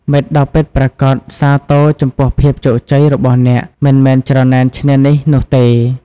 មិត្តដ៏៏ពិតប្រាកដសាទរចំពោះភាពជោគជ័យរបស់អ្នក មិនមែនច្រណែនឈ្នានីសនោះទេ។